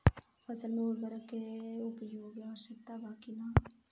फसल में उर्वरक के उपयोग आवश्यक बा कि न?